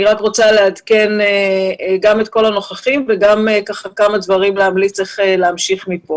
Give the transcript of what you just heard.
רוצה לעדכן את כל הנוכחים וגם להמליץ על כמה דברים איך להמשיך מכאן